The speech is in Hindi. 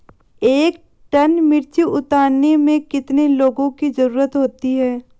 एक टन मिर्ची उतारने में कितने लोगों की ज़रुरत होती है?